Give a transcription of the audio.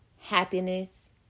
happiness